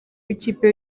b’ikipe